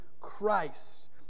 Christ